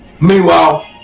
Meanwhile